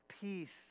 peace